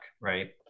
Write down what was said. right